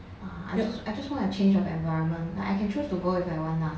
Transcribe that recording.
uh I just I just wanna change of environment I can choose to go if I want lah